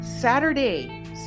Saturday